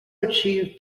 achieved